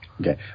Okay